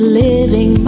living